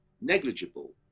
negligible